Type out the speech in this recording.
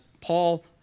Paul